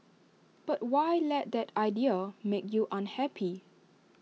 but why let that idea make you unhappy